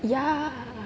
yeah